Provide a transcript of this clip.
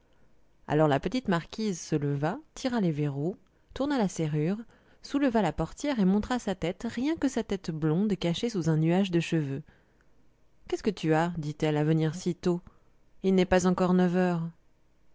alors la petite marquise se leva tira les verrous tourna la serrure souleva la portière et montra sa tête rien que sa tête blonde cachée sous un nuage de cheveux qu'est-ce que tu as dit-elle à venir si tôt il n'est pas encore neuf heures